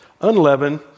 Unleavened